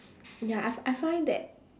ya I I find that